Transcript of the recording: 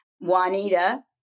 Juanita